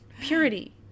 Purity